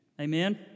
Amen